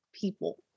people